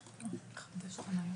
או בכלל שנוכל להביע עליהם את עמדתנו.